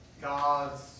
God's